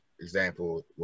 example